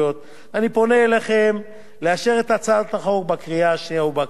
אני פונה אליכם לאשר את הצעת החוק בקריאה השנייה ובקריאה השלישית.